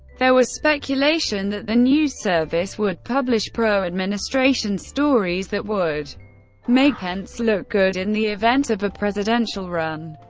there was speculation that the news service would publish pro-administration stories that would make pence look good in the event of a presidential run.